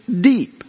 deep